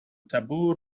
taboo